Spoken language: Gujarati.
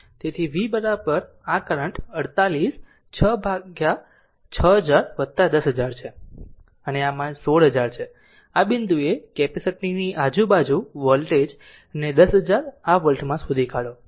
તેથી v આ કરંટ 48 6000 10000 છે આ આમાં 16000 છે આ બિંદુ એ કેપેસિટર ની આજુબાજુ વોલ્ટેજ ને 10000 આ વોલ્ટમાં શોધી કાઢો